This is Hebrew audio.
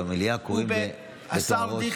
במליאה קוראים בתוארו של,